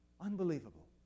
Unbelievable